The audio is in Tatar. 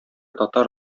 татар